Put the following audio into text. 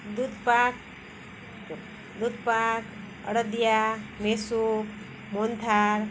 દૂધ પાક દૂધ પાક અળદિયા મેસૂર મોહનથાળ